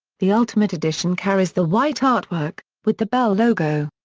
the ultimate edition carries the white artwork, with the bell logo.